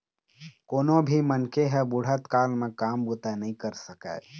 कोनो भी मनखे ह बुढ़त काल म काम बूता नइ कर सकय